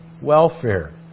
welfare